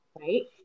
right